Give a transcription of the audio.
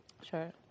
Sure